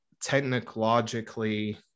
technologically